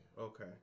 Okay